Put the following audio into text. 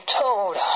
told